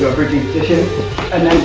but bridging position and